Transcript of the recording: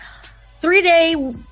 Three-day